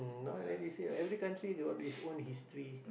now then you see ah every country got his own history